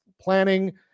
planning